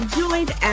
joined